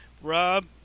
Rob